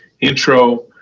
intro